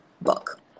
book